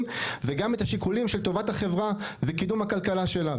וגם את השיקולים שהם לטובת החברה ולקידום הכלכלה שלה.